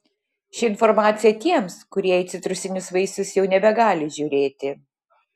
ši informacija tiems kurie į citrusinius vaisius jau nebegali žiūrėti